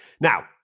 Now